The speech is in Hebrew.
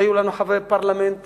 היו לנו חברי פרלמנט